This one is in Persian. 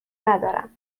ندارم